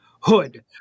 Hood